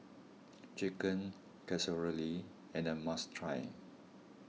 Chicken Casserole and a must try